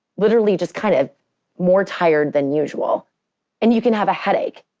literally, just kind of more tired than usual and you could have a headache.